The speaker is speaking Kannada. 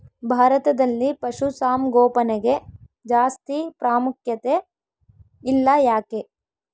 ಭಾರತದಲ್ಲಿ ಪಶುಸಾಂಗೋಪನೆಗೆ ಜಾಸ್ತಿ ಪ್ರಾಮುಖ್ಯತೆ ಇಲ್ಲ ಯಾಕೆ?